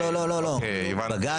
בג"צ.